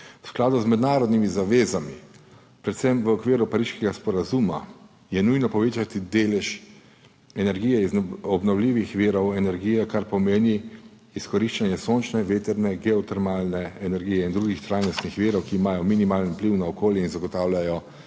V skladu z mednarodnimi zavezami, predvsem v okviru Pariškega sporazuma, je nujno povečati delež energije iz obnovljivih virov energije, kar pomeni izkoriščanje sončne, vetrne, geotermalne energije in drugih trajnostnih virov, ki imajo minimalen vpliv na okolje in zagotavljajo